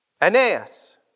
Aeneas